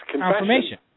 Confirmation